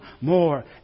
more